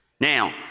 Now